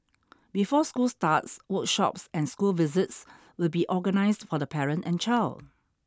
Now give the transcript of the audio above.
before school starts workshops and school visits will be organised for the parent and child